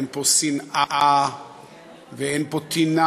אין פה שנאה ואין פה טינה.